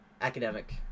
academic